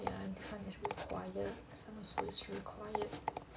ya and this one is required this one is required